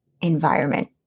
environment